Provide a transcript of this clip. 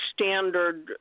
standard